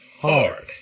Hard